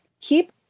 Keep